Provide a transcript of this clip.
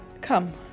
come